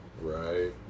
right